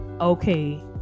okay